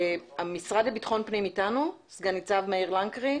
המשרד לבטחון הפנים איתנו, סגן ניצב מאיר לנקרי,